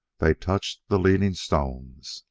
they touched the leaning stones